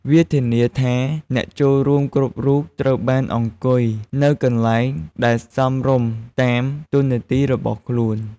វាធានាថាអ្នកចូលរួមគ្រប់រូបត្រូវបានអង្គុយនៅកន្លែងដែលសមរម្យតាមតួនាទីរបស់ខ្លួន។